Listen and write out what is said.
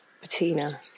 patina